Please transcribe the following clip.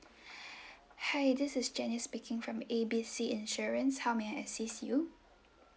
hi this is jenny speaking from A B C insurance how may I assist you